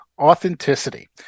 Authenticity